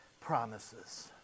promises